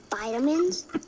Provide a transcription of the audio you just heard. vitamins